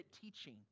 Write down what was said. teaching